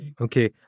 Okay